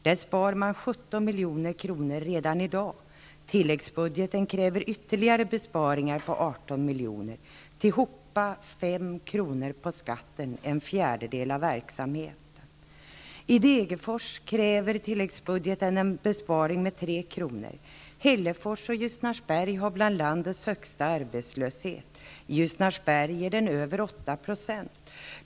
Där spar man 17 milj.kr. redan i dag. Tilläggsbudgeten kräver ytterligare besparingar på 18 milj.kr. Tillsammmans utgör detta 5 kr av skatten eller en fjärdedel av verksamheten. I Degerfors kräver tilläggsbudgeten en besparing med 3 kr. Hällefors och Ljusnarsberg hör till de kommuner som har landets högsta arbetslöshet -- i Ljusnarsberg är den över 8 %.